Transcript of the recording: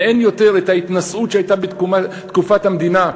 ואין יותר ההתנשאות שהייתה בתקופת הקמת המדינה,